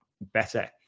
better